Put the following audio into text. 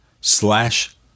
slash